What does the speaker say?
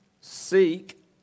Seek